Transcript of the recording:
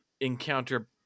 encounter